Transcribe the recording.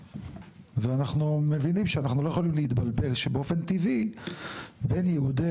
ואנחנו מבינים שאנחנו לא יכולים להתבלבל שבאופן טבעי בין יעדי